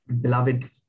beloved